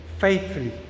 faithfully